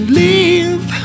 leave